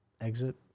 exit